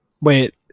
Wait